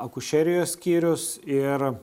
akušerijos skyrius ir